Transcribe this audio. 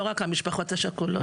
לא רק המשפחות השכולות.